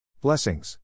Blessings